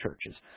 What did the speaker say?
churches